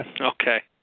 okay